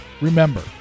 Remember